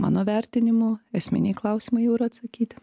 mano vertinimu esminiai klausimai jau yra atsakyti